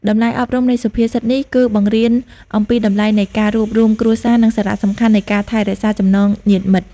តម្លៃអប់រំនៃសុភាសិតនេះគឺបង្រៀនអំពីតម្លៃនៃការរួបរួមគ្រួសារ និងសារៈសំខាន់នៃការថែរក្សាចំណងញាតិមិត្ត។